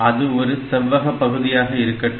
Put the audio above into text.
அது ஒரு செவ்வக பகுதியாக இருக்கட்டும்